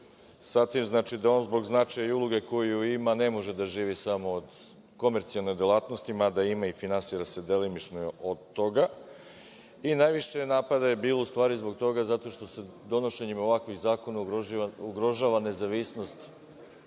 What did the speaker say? sa tim, da on zbog značaja i uloge koju ima, ne može da živi samo od komercijalne delatnosti, mada ima i finansira se delimično od toga i najviše je napada je u stvari bilo zbog toga, zato što se donošenjem ovakvih zakona ugrožava nezavisnost